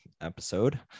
episode